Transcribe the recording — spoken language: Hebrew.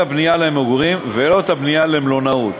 הבנייה למגורים ולא את הבנייה למלונאות.